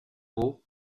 beau